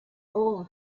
all